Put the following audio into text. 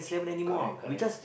correct correct